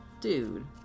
dude